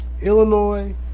Illinois